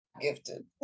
gifted